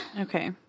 Okay